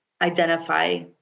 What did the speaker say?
identify